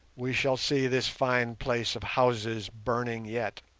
we shall see this fine place of houses burning yet,